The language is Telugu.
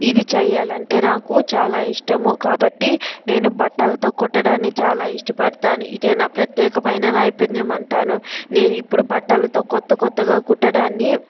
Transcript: ఇది చేయాలంటే నాకు చాలా ఇష్టము కాబట్టి నేను బట్టలతో కుట్టడాన్ని చాలా ఇష్టపడతాను ఇదే నా ప్రత్యేకమైన నైపుణ్యం అంటాను నేను ఇప్పుడు బట్టలతో కొత్త కొత్తగా కుట్టడాన్ని